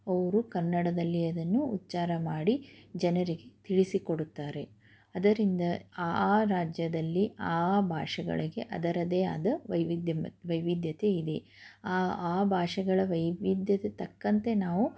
ಅವರು ಕನ್ನಡದಲ್ಲಿ ಅದನ್ನು ಉಚ್ಚಾರ ಮಾಡಿ ಜನರಿಗೆ ತಿಳಿಸಿಕೊಡುತ್ತಾರೆ ಅದರಿಂದ ಆ ಆ ರಾಜ್ಯದಲ್ಲಿ ಆ ಆ ಭಾಷೆಗಳಿಗೆ ಅದರದ್ದೇ ಆದ ವೈವಿಧ್ಯಮ ವೈವಿಧ್ಯತೆ ಇದೆ ಆ ಆ ಭಾಷೆಗಳ ವೈವಿಧ್ಯತೆ ತಕ್ಕಂತೆ ನಾವು